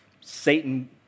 Satan